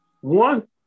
one